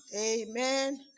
Amen